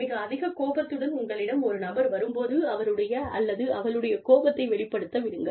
மிக அதிக கோபத்துடன் உங்களிடம் ஒரு நபர் வரும் போது அவருடைய அல்லது அவளுடைய கோபத்தை வெளிப்படுத்த விடுங்கள்